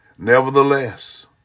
Nevertheless